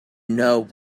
know